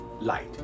light